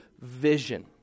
vision